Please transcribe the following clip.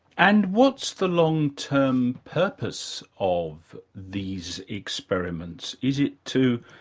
and what's the long-term purpose of these experiments? is it to,